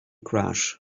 crash